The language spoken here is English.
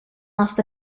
lost